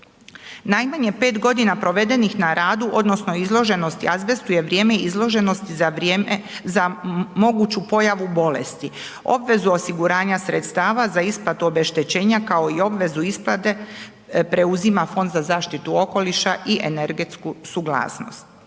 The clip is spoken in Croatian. Najmanje 5 godina provedenih na radu odnosno izloženosti azbestu je vrijeme izloženosti za vrijeme, za moguću pojavu bolesti. Obvezu osiguranja sredstava za isplatu obeštećenja kao i obvezu isplate, preuzima Fond za zaštitu okoliša i energetsku učinkovitost.